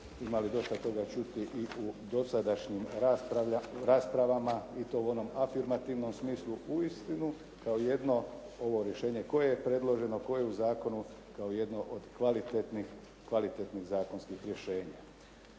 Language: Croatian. imali dosta toga čuti i u dosadašnjim raspravama i to u onom afirmativnom smislu uistinu kao jedno ovo rješenje koje je predloženo, koje je u zakonu kao jedno od kvalitetnih zakonskih rješenja.